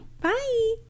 Bye